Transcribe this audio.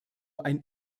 ein